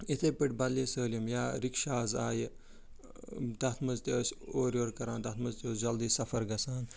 یِتھَے پٲٹھۍ بَدلے سٲلِم یا رِکشاز آیہِ تتھ مَنٛز تہِ ٲسۍ اورٕ یورٕ کران تتھ مَنٛز تہِ اوس جلدی سَفَر گَژھان